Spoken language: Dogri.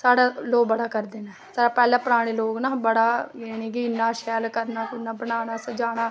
साढ़ै लोग बड़ा करदे नै साढ़ै पैह्लैं पराने लोग बड़ा यानि के इन्ना शैल करना कुरना बनाना सज़ाना